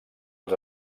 als